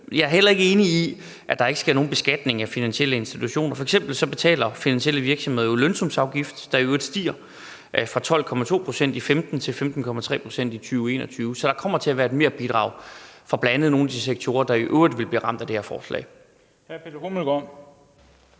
Jeg er heller ikke enig i, at der ikke sker nogen beskatning af finansielle institutioner. F.eks. betaler finansielle virksomheder jo lønsumsafgift, der i øvrigt stiger fra 12,2 pct. i 2015 til 15,3 pct. i 2021-22. Så der kommer til at være et merbidrag fra bl.a. nogle af de sektorer, der i øvrigt vil blive ramt af det her forslag.